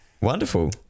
Wonderful